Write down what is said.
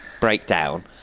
breakdown